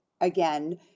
again